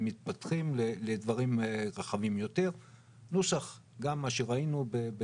מתפתחים לדברים רחבים יותר נוסח גם מה שראינו.